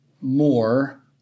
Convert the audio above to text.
more